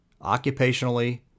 occupationally